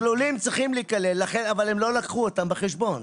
הם לא לקחו אותם בחשבון.